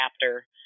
chapter